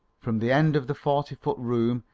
from the end of the forty foot room,